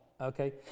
Okay